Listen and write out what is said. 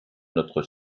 notre